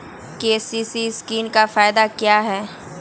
KCC scheme का फायदा क्या है?